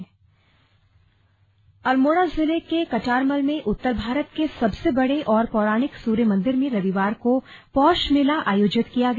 slug Katarmal Paush Mela Almora जिले के कटारमल में उत्तर भारत के सबसे बड़े और पौराणिक सूर्य मंदिर में रविवार को पौष मेला आयोजित किया गया